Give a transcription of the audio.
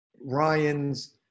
Ryan's